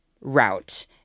route